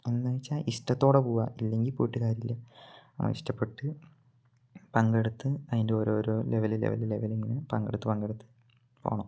എന്നു വച്ചാൽ ഇഷ്ടത്തോടെ പോവുക ഇല്ലെങ്കിൽ പോയിട്ട് കാര്യമില്ല ഇഷ്ടപ്പെട്ടു പങ്കെടുത്ത് അതിൻ്റെ ഓരോ ഓരോ ലെവല് ലെവല് ലെവൽ ഇങ്ങനെ പങ്കെടുത്ത് പങ്കെടുത്ത് പോകണം